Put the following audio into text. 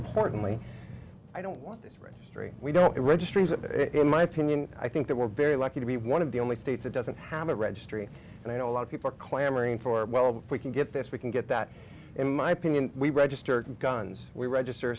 importantly i don't want this registry we don't registries that in my opinion i think that we're very lucky to be one of the only states that doesn't have a registry and i know a lot of people are clamoring for well we can get this we can get that in my opinion we registered guns we register